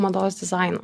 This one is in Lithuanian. mados dizainą